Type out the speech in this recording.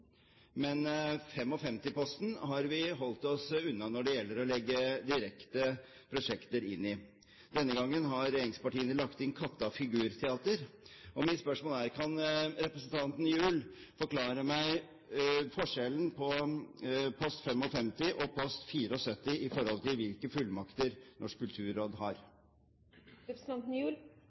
har holdt oss unna 55-posten når det gjelder å legge prosjekter direkte inn i. Denne gangen har regjeringspartiene lagt inn Kattas Figurteater. Mitt spørsmål er: Kan representanten Gjul forklare meg forskjellen på post 55 og post 74 i forhold til hvilke fullmakter Norsk kulturråd